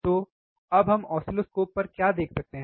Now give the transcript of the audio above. तो अब हम ऑसिलोस्कोप पर क्या देख सकते हैं